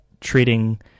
treating